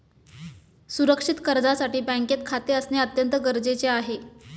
सुरक्षित कर्जासाठी बँकेत खाते असणे अत्यंत गरजेचे आहे